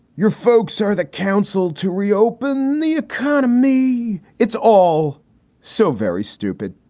your folks are the counsel to reopen the economy it's all so very stupid.